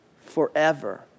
forever